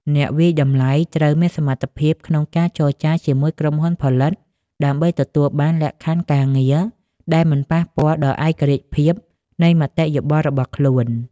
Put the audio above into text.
អ្នកវាយតម្លៃត្រូវមានសមត្ថភាពក្នុងការចរចាជាមួយក្រុមហ៊ុនផលិតផល ដើម្បីទទួលបានលក្ខខណ្ឌការងារដែលមិនប៉ះពាល់ដល់ឯករាជ្យភាពនៃមតិយោបល់របស់ខ្លួន។